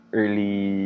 early